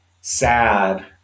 sad